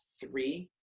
three